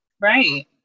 right